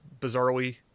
bizarrely